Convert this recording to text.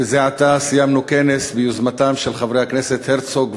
וזה עתה סיימנו כנס ביוזמתם של חברי הכנסת הרצוג,